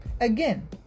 Again